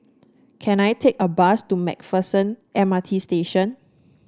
can I take a bus to MacPherson M R T Station